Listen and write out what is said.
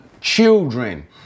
children